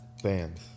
fans